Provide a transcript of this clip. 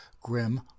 grim